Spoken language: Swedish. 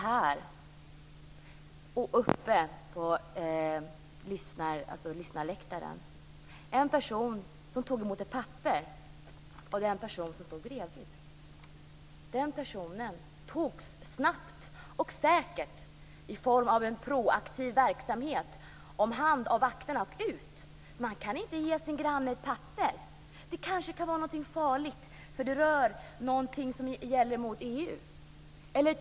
Här uppe på åhörarläktaren tog en person emot ett papper av en person som stod bredvid. Den personen togs snabbt och säkert - i form av en proaktiv verksamhet - om hand av vakterna och slängdes ut. Man kan inte ge sin granne ett papper; det kanske är någonting farligt, om det rör någonting som är mot EU.